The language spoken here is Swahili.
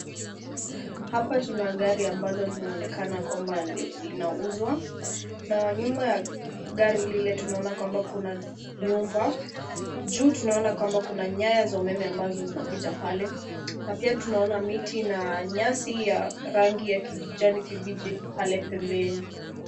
Hapa tuna gari ambalo linaonekana kwamba linauzwa na nyuma ya gari lile tunaona kwamba kuna nyumba. Juu tunaona kwamba kuna nyaya za umeme ambazo zinapita pale na pia tunaona miti na nyasi ya rangi ya kijani kibichi pale pembeni.